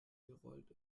gerollt